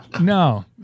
No